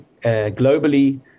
globally